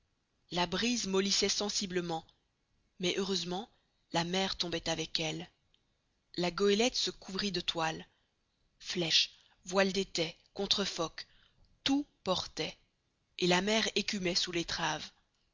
la brise mollissait sensiblement mais heureusement la mer tombait avec elle la goélette se couvrit de toile flèches voiles d'étais contre foc tout portait et la mer écumait sous l'étrave